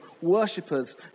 worshippers